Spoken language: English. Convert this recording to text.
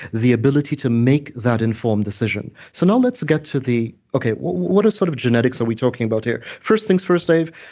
the ability to make that informed decision. so, now let's get to the, okay, what what sort of genetics so we talking about here? first things first, dave,